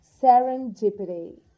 Serendipity